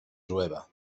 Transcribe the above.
jueva